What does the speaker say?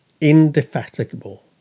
indefatigable